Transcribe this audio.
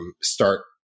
start